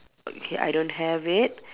okay I don't have it